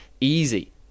easy